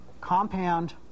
compound